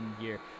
year